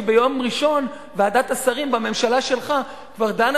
כי ביום ראשון ועדת השרים בממשלה שלך כבר דנה